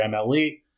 MLE